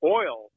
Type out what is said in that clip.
oil